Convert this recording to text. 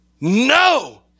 no